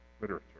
literature